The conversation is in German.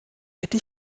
hätte